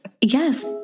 Yes